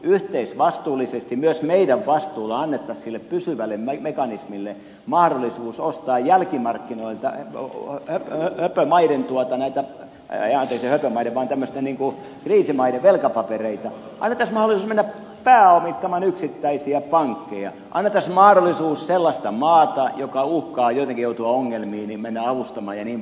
yhteisvastuullisesti myös meidän vastuullamme annettaisiin sille pysyvälle mekanismille mahdollisuus ostaa jälkimarkkinoilta höpömaiden anteeksi ei höpömaiden vaan tämmöisten kriisimaiden velkapapereita annettaisiin mahdollisuus mennä pääomittamaan yksittäisiä pankkeja annettaisiin mahdollisuus sellaista maata joka uhkaa jotenkin joutua ongelmiin mennä avustamaan jnp